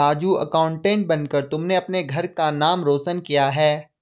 Raju accountant बनकर तुमने अपने घर का नाम रोशन किया है